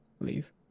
leave